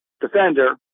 defender